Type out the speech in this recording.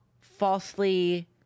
falsely